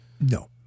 No